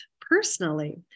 personally